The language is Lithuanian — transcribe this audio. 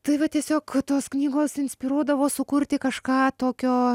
tai va tiesiog tos knygos inspiruodavo sukurti kažką tokio